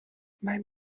mein